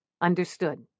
Understood